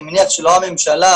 אני מניח שלא הממשלה,